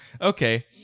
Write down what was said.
Okay